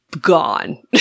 gone